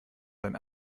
sein